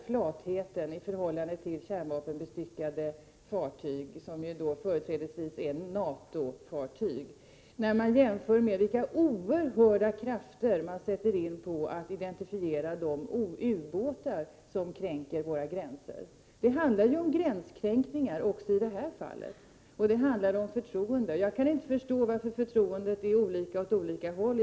Flatheten i frågan om kärnvapenbestyckade fartyg, som företrädesvis är NATO-fartyg, är anmärkningsvärd, särskilt när man jämför med vilka oerhörda krafter som sätts in på att identifiera de ubåtar som kränker våra gränser. Men det handlar ju om gränskränkningar också beträffande dessa fartyg, och det handlar om förtroende. Jag kan inte förstå varför förtroendet är olika åt olika håll.